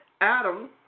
Adam